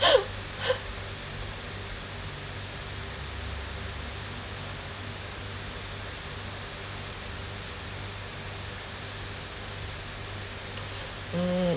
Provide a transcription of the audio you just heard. mm